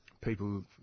people